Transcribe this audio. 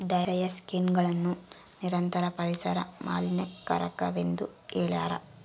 ಡಯಾಕ್ಸಿನ್ಗಳನ್ನು ನಿರಂತರ ಪರಿಸರ ಮಾಲಿನ್ಯಕಾರಕವೆಂದು ಹೇಳ್ಯಾರ